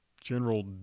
general